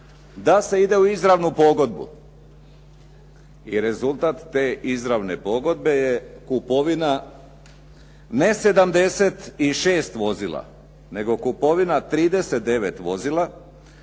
da se ide u izravnu pogodbu. I rezultat te izravne pogodbe je kupovina ne 76 vozila nego kupovina 39 vozila